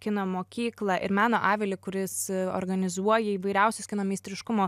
kino mokyklą ir meno avilį kuris organizuoja įvairiausius kino meistriškumo